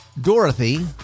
Dorothy